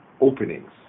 openings